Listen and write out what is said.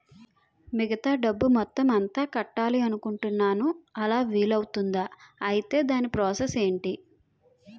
మిగతా డబ్బు మొత్తం ఎంత కట్టాలి అనుకుంటున్నాను అలా వీలు అవ్తుంధా? ఐటీ దాని ప్రాసెస్ ఎంటి?